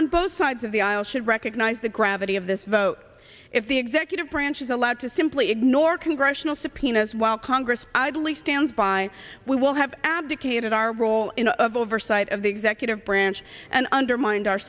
on both sides of the aisle should recognize the gravity of this vote the executive branch is allowed to simply ignore congressional subpoenas while congress idly stand by we will have abdicated our role in of oversight of the executive branch and undermined our